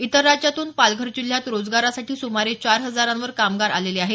इतर राज्यातून पालघर जिल्ह्यात रोजगारासाठी सुमारे चार हजारावर कामगार आलेले आहेत